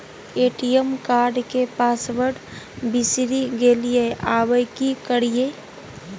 ATM card के password बिसरि गेलियै आबय की करियै?